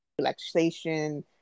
relaxation